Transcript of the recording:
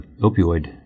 opioid